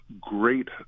great